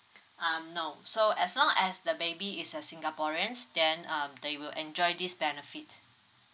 um no so as long as the baby is a singaporeans then um they will enjoy this benefit